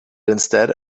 instead